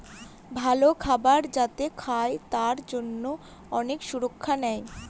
ভালো খাবার যাতে খায় তার জন্যে অনেক সুরক্ষা নেয়